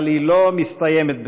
אבל היא לא מסתיימת בכך: